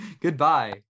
Goodbye